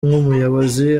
nk’umuyobozi